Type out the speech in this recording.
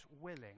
willing